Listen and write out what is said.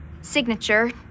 Signature